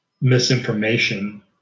misinformation